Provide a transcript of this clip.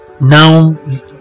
now